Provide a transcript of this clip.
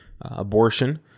abortion